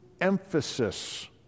emphasis